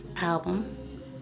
album